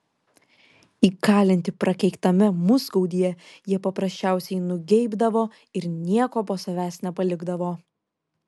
įkalinti prakeiktame musgaudyje jie paprasčiausiai nugeibdavo ir nieko po savęs nepalikdavo